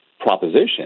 proposition